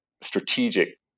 strategic